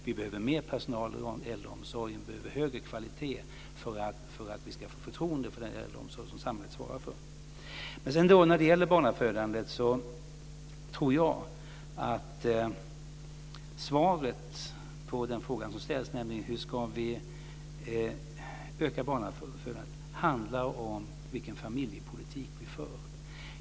Vi behöver mer personal i äldreomsorgen. Vi behöver högre kvalitet för att vi ska få förtroende för den äldreomsorg som samhället svarar för. Men när det gäller barnafödandet tror jag att svaret på den fråga som ställs, nämligen hur vi ska öka barnafödandet, handlar om vilken familjepolitik vi för.